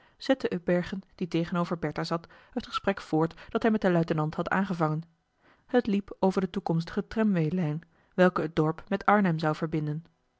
zette upbergen die tegenover bertha zat het gesprek voort dat hij met den luitenant had aangevangen het liep over de toekomstige tramway lijn welke het dorp met arnhem zou verbinden